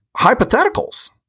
hypotheticals